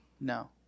No